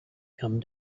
come